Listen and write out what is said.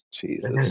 Jesus